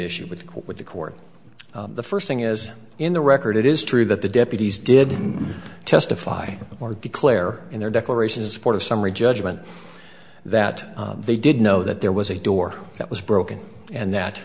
issue with what the court the first thing is in the record it is true that the deputies did testify or declare in their declaration is a part of summary judgment that they did know that there was a door that was broken and that